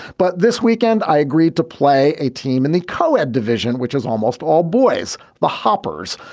but this weekend i agreed to play a team in the co-ed division, which is almost all boys. the hoppers.